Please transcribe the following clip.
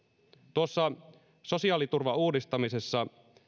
tuossa sosiaaliturvan uudistamisessa